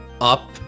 up